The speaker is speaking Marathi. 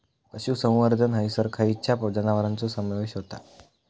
पशुसंवर्धन हैसर खैयच्या जनावरांचो समावेश व्हता?